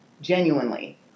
Genuinely